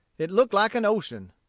it looked like an ocean.